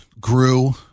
grew